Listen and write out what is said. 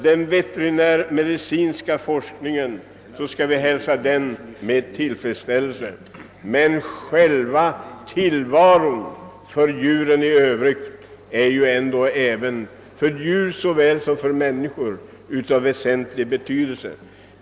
Den veterinärmedicinska forskningen skall vi hälsa med tillfredsställelse, men själva tillvaron har ändå för djur såväl som för människor väsentlig betydelse.